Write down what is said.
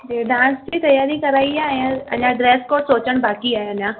जी dance जी तयारी करायी आहे ऐं अञा ड्रेस कोड सोचण बाक़ी आहे अञा